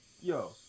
yo